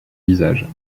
visages